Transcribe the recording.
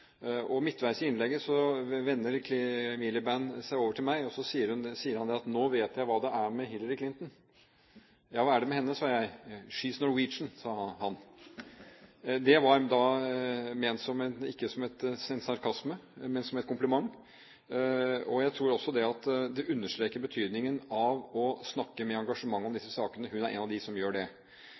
Midtveis i innlegget vender Miliband seg til meg og sier: Nå vet jeg hva det er med Hillary Clinton. Hva er det med henne? sa jeg. She’s Norwegian, sa han. Det var ikke ment som en sarkasme, men som en kompliment. Og jeg tror det understreker betydningen av å snakke med engasjement om disse sakene. Hun er en av dem som gjør det.